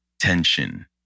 tension